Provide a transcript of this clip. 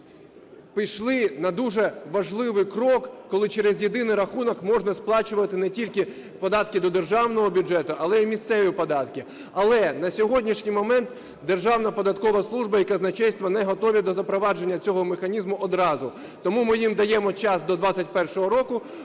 Ми пішли на дуже важливий крок, коли через єдиний рахунок можна сплачувати не тільки податки до державного бюджету, але й місцеві податки. Але на сьогоднішній момент Державна податкова служба і Казначейство не готові до запровадження цього механізму одразу, тому ми їм даємо час до 2021 року,